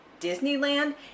Disneyland